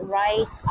right